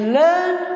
learn